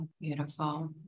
Beautiful